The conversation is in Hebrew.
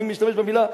אני משתמש במלה,